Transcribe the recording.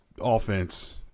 offense